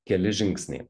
keli žingsniai